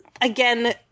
again